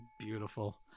beautiful